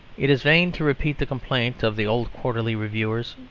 it is vain to repeat the complaint of the old quarterly reviewers,